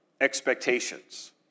expectations